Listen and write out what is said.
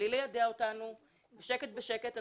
בלי ליידע אותנו, בשקט, בשקט.